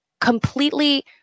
completely